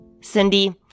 Cindy